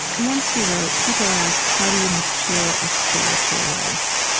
once you wrote, people ask, how do you mature a spiritual life?